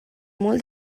molt